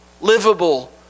livable